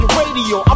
radio